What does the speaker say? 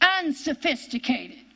unsophisticated